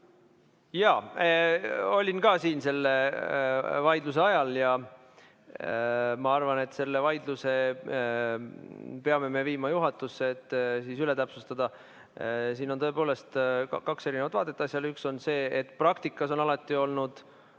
Jaa, olin ka siin selle vaidluse ajal ja ma arvan, et selle vaidluse me peame viima juhatusse, et see üle täpsustada. Siin on tõepoolest kaks erinevat vaadet asjale. Üks on see, et praktikas on alati olnud